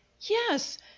Yes